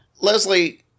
Leslie